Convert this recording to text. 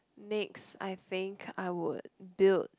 next I think I would build